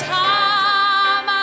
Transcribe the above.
time